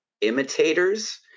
imitators